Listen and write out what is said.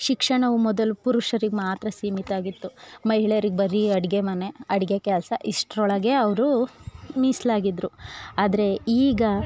ಶಿಕ್ಷಣವು ಮೊದಲು ಪುರುಷರಿಗೆ ಮಾತ್ರ ಸೀಮಿತ ಆಗಿತ್ತು ಮಹಿಳೆಯರಿಗೆ ಬರೀ ಅಡುಗೆ ಮನೆ ಅಡುಗೆ ಕೆಲಸ ಇಷ್ಟರೊಳಗೆ ಅವರು ಮೀಸಲಾಗಿದ್ರು ಆದರೆ ಈಗ